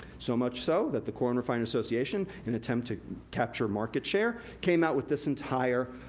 so much so that the corn refiner's association, in attempt to capture market share, came out with this entire